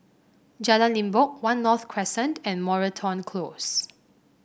Jalan Limbok One North Crescent and Moreton Close